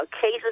cases